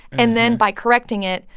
and then by correcting it,